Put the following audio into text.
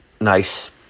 nice